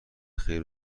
خیر